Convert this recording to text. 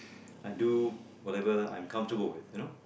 I do whatever I am comfortable with you know